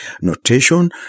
notation